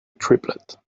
triplet